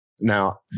Now